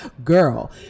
Girl